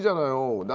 so mo